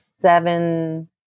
seven